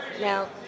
Now